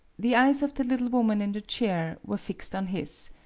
the eyes of the little woman in the chair were fixed on his.